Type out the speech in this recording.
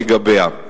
לגביהן.